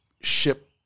ship